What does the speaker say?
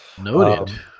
Noted